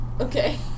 Okay